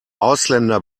ausländer